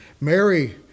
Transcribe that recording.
Mary